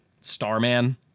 Starman